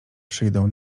przyjdą